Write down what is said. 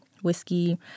whiskey